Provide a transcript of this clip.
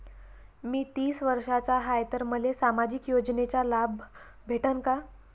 मी तीस वर्षाचा हाय तर मले सामाजिक योजनेचा लाभ भेटन का?